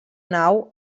nau